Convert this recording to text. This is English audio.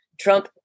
Trump